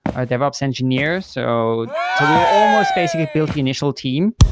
a devops engineer, so so we were almost basically built the initial team.